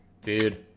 dude